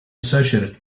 associated